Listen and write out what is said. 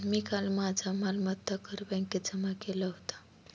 मी काल माझा मालमत्ता कर बँकेत जमा केला होता